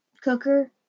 cooker